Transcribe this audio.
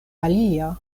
alia